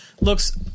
looks